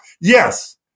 Yes